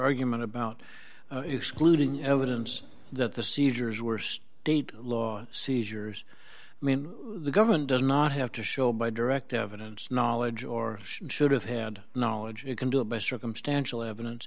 argument about excluding evidence that the seizures were state law seizures i mean the government does not have to show by direct evidence knowledge or should have had knowledge it can do best circumstantial evidence